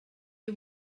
you